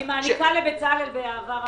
אני מעניקה לבצלאל באהבה רבה.